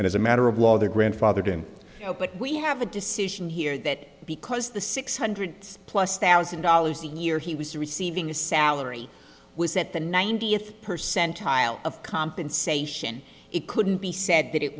and as a matter of law there grandfathered in but we have a decision here that because the six hundred plus thousand dollars a year he was receiving a salary was at the ninetieth percentile of compensation it couldn't be said that it